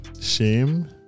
shame